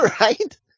right